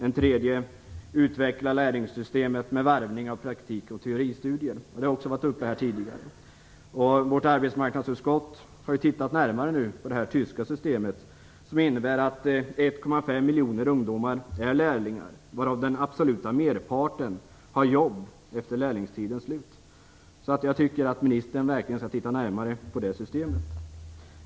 En tredje punkt: Utveckla lärlingssystemet med varvning av praktik och teoristudier. Det har också varit uppe här tidigare. Arbetsmarknadsutskottet har tittat närmare på det tyska systemet, som innebär att 1,5 miljoner ungdomar är lärlingar. Den absoluta merparten av dessa har jobb efter lärlingstidens slut. Jag tycker att ministern verkligen skall titta närmare på det systemet.